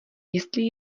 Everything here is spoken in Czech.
jestli